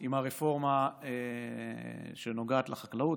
עם הרפורמה שנוגעת לחקלאות.